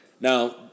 Now